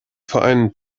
vereinen